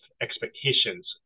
expectations